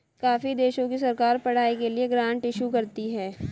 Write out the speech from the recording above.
काफी देशों की सरकार पढ़ाई के लिए ग्रांट इशू करती है